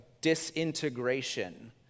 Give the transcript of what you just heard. disintegration